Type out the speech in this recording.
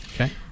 Okay